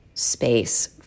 space